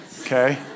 okay